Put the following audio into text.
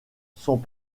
sont